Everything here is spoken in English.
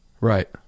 Right